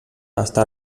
està